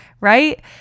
Right